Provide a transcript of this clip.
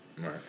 right